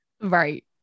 Right